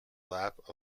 lap